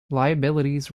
liabilities